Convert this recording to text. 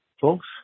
folks